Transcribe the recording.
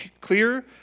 clear